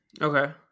Okay